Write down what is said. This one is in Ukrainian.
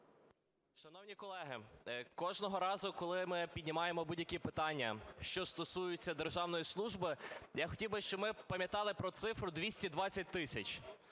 Шановні колеги, кожного разу, коли ми піднімаємо будь-які питання, що стосуються державної служби, я хотів би, щоб ми пам'ятали про цифру 220 тисяч